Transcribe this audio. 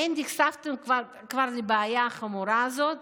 האם נחשפתם כבר לבעיה החמורה הזאת